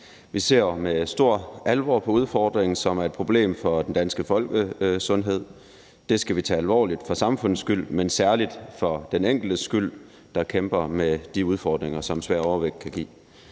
Vi ser med stor alvor på udfordringen, som er et problem i forhold til den danske folkesundhed. Det skal vi tage alvorligt for samfundets skyld, men særlig for den enkeltes skyld, der kæmper med de udfordringer, som svær overvægt kan give.